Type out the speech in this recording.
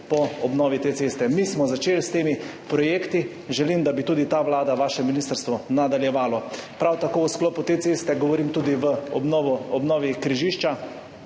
po obnovi. Mi smo začeli s temi projekti, želim, da bi jih tudi ta vlada, vaše ministrstvo nadaljevalo. Prav tako v sklopu te ceste, govorim tudi o obnovi križišča